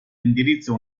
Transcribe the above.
indirizzo